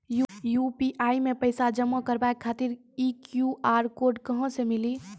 UPI मे पैसा जमा कारवावे खातिर ई क्यू.आर कोड कहां से मिली?